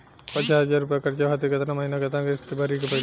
पचास हज़ार रुपया कर्जा खातिर केतना महीना केतना किश्ती भरे के पड़ी?